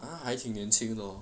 他还挺年轻的 orh